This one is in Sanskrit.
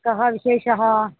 कः विशेषः